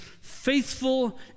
faithful